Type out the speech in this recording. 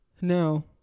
Now